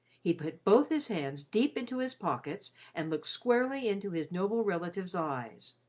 he put both his hands deep into his pockets and looked squarely into his noble relative's eyes.